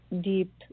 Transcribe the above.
deep